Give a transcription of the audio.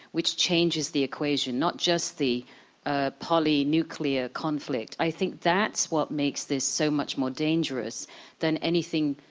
which changes the equation, not just the ah poly-nuclear conflict. i think that's what makes this so much more dangerous than anything